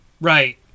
Right